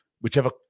whichever